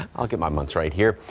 i'll get my months right here,